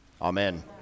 Amen